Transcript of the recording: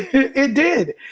it did.